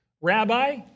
Rabbi